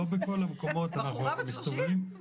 לא בכל המקומות אנחנו רואים את זה.